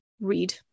read